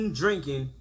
drinking